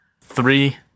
Three